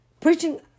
preaching